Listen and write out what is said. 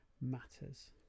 matters